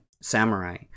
samurai